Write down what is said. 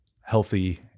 healthy